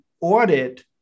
audit